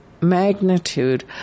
magnitude